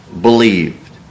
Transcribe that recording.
Believed